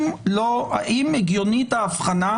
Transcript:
האם הגיונית האבחנה,